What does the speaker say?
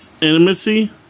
Intimacy